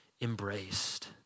embraced